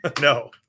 No